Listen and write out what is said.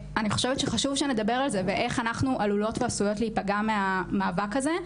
חשוב שנדבר על זה ועל איך אנחנו עלולות להיפגע במאבק הזה.